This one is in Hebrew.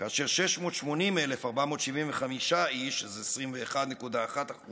ו-680,475 איש, שזה 21.1%